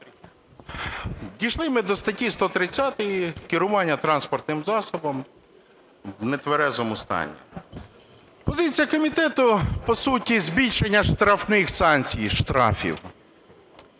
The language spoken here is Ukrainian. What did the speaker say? Дійшли ми до статті 130 "Керування транспортним засобом в нетверезому стані". Позиція комітету – збільшення штрафних санкцій і штрафів.